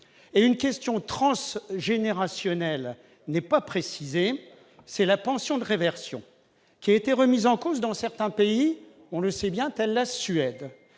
Une question transgénérationnelle n'est pas précisée, celle de la pension de réversion, qui a été remise en cause dans certains pays, telle la Suède.